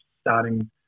starting